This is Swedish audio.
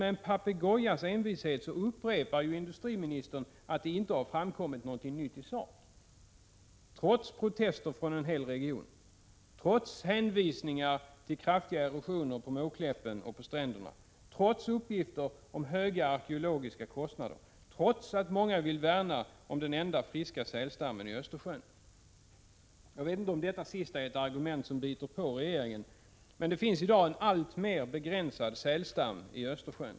Med en papegojas envishet upprepar industriministern att det inte framkommit något nytt i sak; trots protester från en hel region, trots hänvisningar till kraftiga erosioner på Måkläppen och på stränderna, trots uppgifter om höga arkeologiska kostnader och trots att många vill värna om den enda friska sälstammen i Östersjön. Jag vet inte om det sista argumentet är något som biter på regeringen. Det finns i dag en alltmer begränsad sälstam i Östersjön.